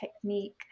technique